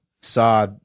saw